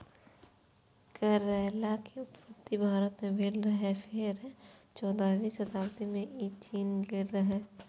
करैला के उत्पत्ति भारत मे भेल रहै, फेर चौदहवीं शताब्दी मे ई चीन गेलै